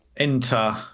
Enter